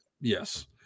Yes